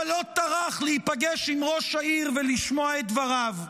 אבל לא טרח להיפגש עם ראש העיר ולשמוע את דבריו.